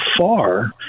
far